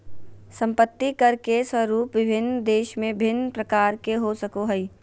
संपत्ति कर के स्वरूप विभिन्न देश में भिन्न प्रकार के हो सको हइ